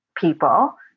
people